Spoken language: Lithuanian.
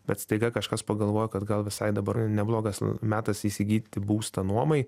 bet staiga kažkas pagalvojo kad gal visai dabar neblogas metas įsigyt būstą nuomai